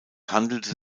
handelte